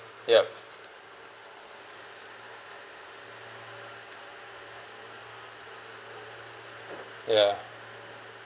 yup ya